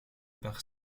par